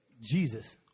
Jesus